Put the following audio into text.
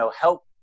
help